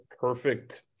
perfect